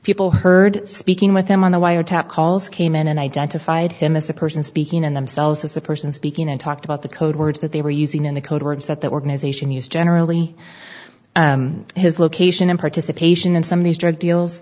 people heard speaking with them on the wiretap calls came in and identified him as the person speaking in themselves as a person speaking and talked about the code words that they were using in the code words that the organization used generally his location and participation in some of these drug deals